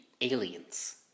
aliens